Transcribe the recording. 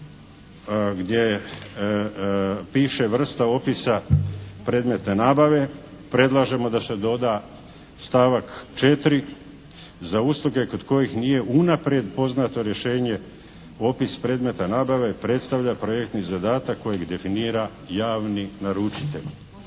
gdje piše vrsta opisa predmetne nabave, predlažemo da se doda stavak 4. "Za usluge kod kojih nije unaprijed poznato rješenje opis predmeta nabave predstavlja projektni zadatak kojeg definira javni naručitelj."